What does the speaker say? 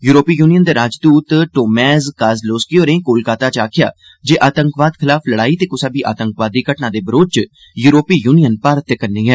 यूरोपी union दे राजदूत Tomasz Kozlowski होरें कोलकाता च आखेआ ऐ जे आतंकवाद खलाफ लड़ाई ते क्सा बी आतंकवादी घटना दे बरोध च यूरोपी यूनियन भारत दे कन्नै ऐ